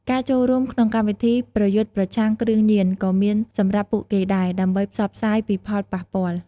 ការចូលរួមក្នុងកម្មវិធីប្រយុទ្ធប្រឆាំងគ្រឿងញៀនក៏មានសម្រាប់ពួកគេដែរ ដើម្បីផ្សព្វផ្សាយពីផលប៉ះពាល់។